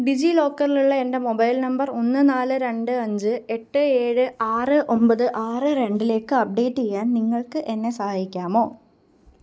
ഡിജീലോക്കറിലുള്ള എന്റെ mobile number ഒന്ന് നാല് രണ്ട് അഞ്ച് എട്ട് ഏഴ് ആറ് ഒമ്പത് ആറ് രണ്ടിലേക്ക് അപ്ഡേറ്റ് ചെയ്യാൻ നിങ്ങൾക്ക് എന്നെ സഹായിക്കാമോ